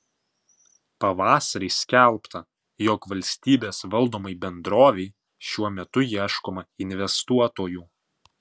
pavasarį skelbta jog valstybės valdomai bendrovei šiuo metu ieškoma investuotojų